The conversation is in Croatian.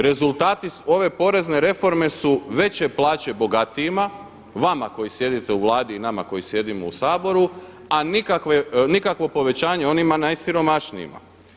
Rezultati ove porezne reforme su veće plaće bogatijima, vama koji sjedite u Vladi i nama koji sjedimo u Saboru a nikakvo povećanje onima najsiromašnijima.